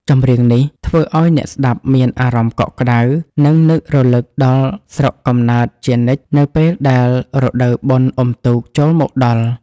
ចម្រៀងនេះ ធ្វើឱ្យអ្នកស្ដាប់មានអារម្មណ៍កក់ក្តៅ និងនឹករលឹកដល់ស្រុកកំណើតជានិច្ចនៅពេលដែលរដូវបុណ្យអុំទូកចូលមកដល់។